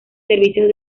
servicios